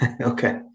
Okay